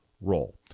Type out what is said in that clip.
role